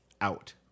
Out